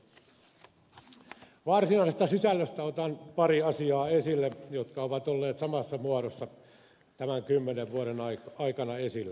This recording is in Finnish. varsinaisesta sisällöstä otan pari asiaa esille jotka ovat olleet samassa muodossa tämän kymmenen vuoden aikana esillä